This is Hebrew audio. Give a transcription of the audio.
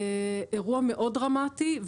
אירוע מאוד דרמטי.